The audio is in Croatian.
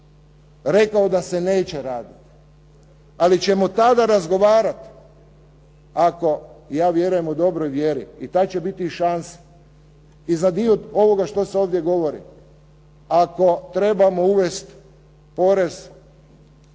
rekao da se neće raditi, ali ćemo tada razgovarati ako, ja vjerujem u dobroj mjeri i tada će biti šanse i za dio ovoga što se ovdje govori. Ako trebamo uvesti porez